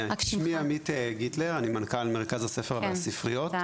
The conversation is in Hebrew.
שמי עמית גיטלר, אני מנכ"ל מרכז הספר והספריות.